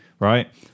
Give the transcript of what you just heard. Right